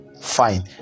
fine